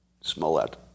Smollett